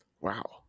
Wow